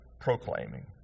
Proclaiming